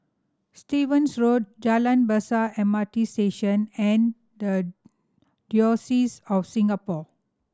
Stevens Road Jalan Besar M R T Station and The Diocese of Singapore